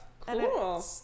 Cool